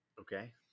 Okay